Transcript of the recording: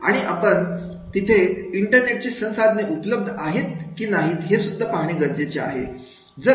आणि आपण तिथे इंटरनेटची संसाधने उपलब्ध आहेत की नाहीत हे सुद्धा पाहणे गरजेचे आहे